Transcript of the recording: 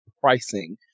pricing